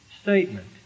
statement